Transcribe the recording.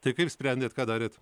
tai kaip sprendėt ką darėt